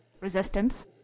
Resistance